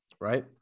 right